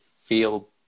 feel